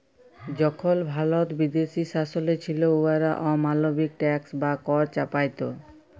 যখল ভারত বিদেশী শাসলে ছিল, উয়ারা অমালবিক ট্যাক্স বা কর চাপাইত